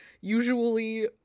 usually